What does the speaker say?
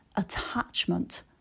attachment